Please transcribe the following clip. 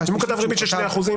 אם הוא כתב ריבית של שני אחוזים?